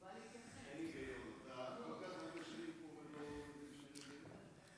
מיכאל מרדכי ביטון (המחנה הממלכתי):